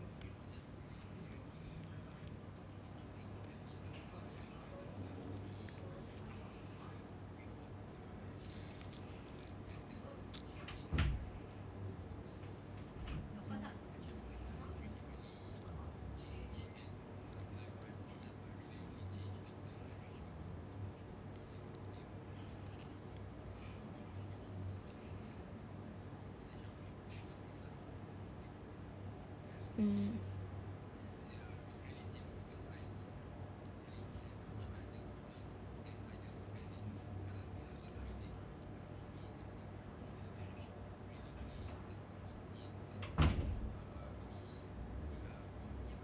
mm